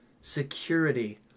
security